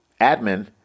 admin